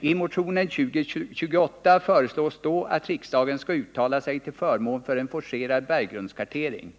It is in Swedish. I motionen 2028 föreslås att riksdagen skall uttala sig till förmån för en forcerad berggrundskartering.